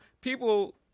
people